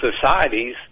societies